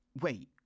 wait